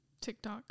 tiktok